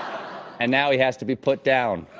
and now he has to be put down.